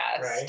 Right